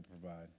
provide